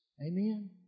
Amen